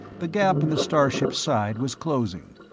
the gap in the starship's side was closing,